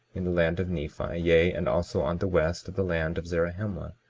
in the land of nephi yea, and also on the west of the land of zarahemla,